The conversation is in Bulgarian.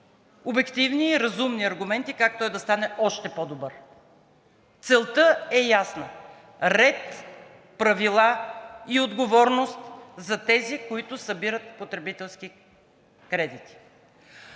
обективни и разумни аргументи как той да стане още по-добър. Целта е ясна – ред, правила и отговорност за тези, които събират потребителски кредити.